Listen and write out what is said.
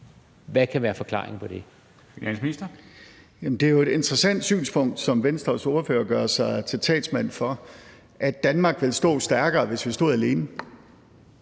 Wammen): Jamen det er jo et interessant synspunkt, som Venstres ordfører gør sig til talsmand for, altså at Danmark ville stå stærkere, hvis vi stod alene.